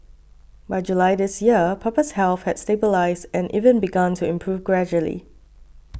by July this year Papa's health had stabilised and even begun to improve gradually